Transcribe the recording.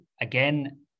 Again